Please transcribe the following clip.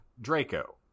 Draco